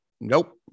Nope